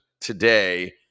today